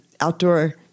outdoor